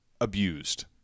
abused